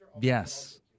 Yes